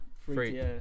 Free